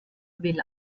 will